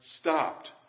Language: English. stopped